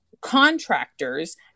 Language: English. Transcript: contractors